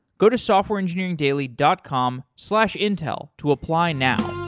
go to softwareengineeringdaily dot com slash intel to apply now.